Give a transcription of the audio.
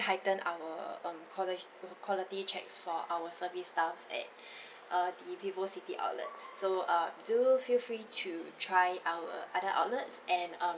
heighten our um college~ quality checks for our service staffs at uh the vivocity outlet so uh do feel free to try our other outlets and um